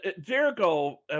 Jericho